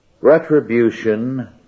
Retribution